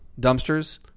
dumpsters